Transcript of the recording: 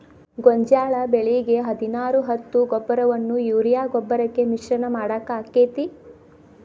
ಗೋಂಜಾಳ ಬೆಳಿಗೆ ಹದಿನಾರು ಹತ್ತು ಗೊಬ್ಬರವನ್ನು ಯೂರಿಯಾ ಗೊಬ್ಬರಕ್ಕೆ ಮಿಶ್ರಣ ಮಾಡಾಕ ಆಕ್ಕೆತಿ?